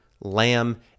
lamb